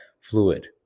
fluid